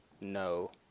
no